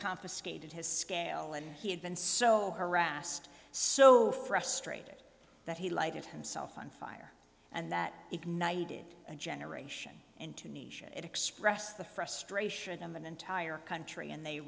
confiscated his scale and he had been so harassed so frustrated that he lighted himself on fire and that ignited a generation in tunisia it expressed the frustration of an entire country and they